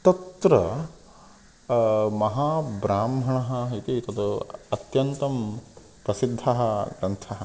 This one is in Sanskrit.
तत्र महाब्राह्मणः इति तद् अत्यन्तं प्रसिद्धः ग्रन्थः